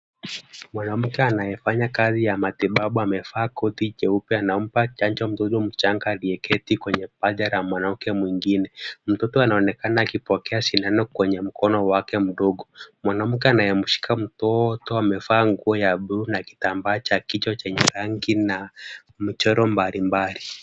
Mwanamke anayefanya kazi ya matibabu amevaa koti jeupe anampa chanjo mtoto mchanga aliyeketi kwenye paja la mwanamke mwingine. Mtoto anaonekana akipokea sindano kwenye mkono wake mdogo. Mwanamke anayemshika mtoto amevaa nguo ya bluu na kitambaa cha kichwa chenye rangi na mchoro mbalimbali.